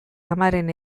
amaren